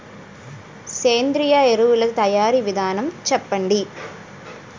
సేంద్రీయ ఎరువుల తయారీ విధానం చెప్పండి?